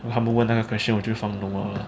when 他们问那个 question 我就放 no 了 lah